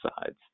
sides